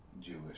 Jewish